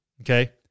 Okay